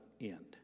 end